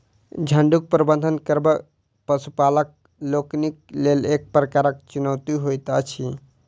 झुंडक प्रबंधन करब पशुपालक लोकनिक लेल एक प्रकारक चुनौती होइत अछि